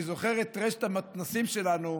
ואני זוכר את רשת המתנ"סים שלנו,